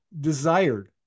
desired